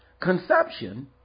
Conception